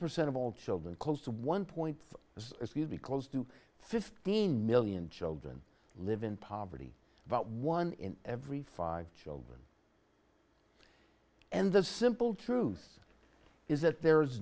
percent of all children close to one dollar as if you'd be close to fifteen million children live in poverty about one in every five children and the simple truth is that there is